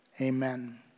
Amen